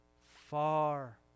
far